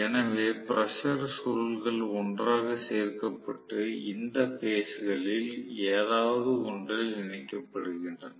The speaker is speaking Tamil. எனவே பிரஷர் சுருள்கள் ஒன்றாக சேர்க்கப்பட்டு இந்த பேஸ் களில் ஏதாவது ஒன்றில் இணைக்கப்படுகின்றன